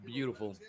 Beautiful